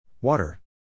Water